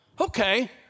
Okay